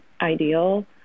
ideal